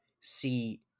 see